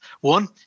One